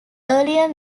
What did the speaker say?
earlier